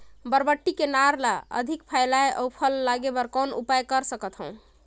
बरबट्टी के नार ल अधिक फैलाय अउ फल लागे बर कौन उपाय कर सकथव?